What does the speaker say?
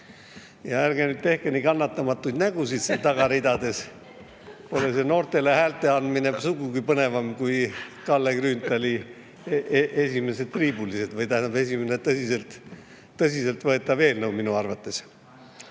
Ja ärge nüüd tehke nii kannatamatuid nägusid seal tagaridades. Pole see noortele hääle andmine sugugi põnevam kui Kalle Grünthali esimesed triibulised, või tähendab, esimene tõsiselt võetav eelnõu minu arvates.